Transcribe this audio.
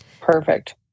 Perfect